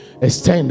extend